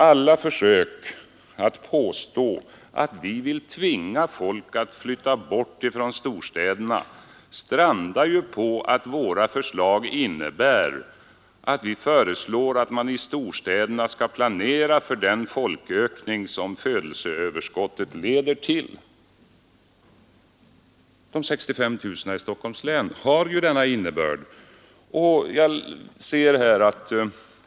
Alla försök att påstå att vi vill tvinga folk att flytta bort från storstäderna strandar på att våra förslag innebär att storstäderna skall planera för den folkökning som födelseöverskottet leder till. Vår siffra på en ökning med 65 000 människor i Stockholms län har ju denna innebörd.